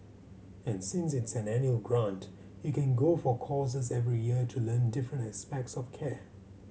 and since it's an annual grant you can go for courses every year to learn different aspects of care